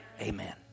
Amen